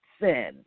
sin